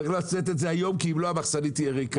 צריך לצאת עם זה היום כי אם לא המחסנית תהיה ריקה.